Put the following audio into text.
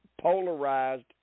polarized